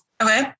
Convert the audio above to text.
Okay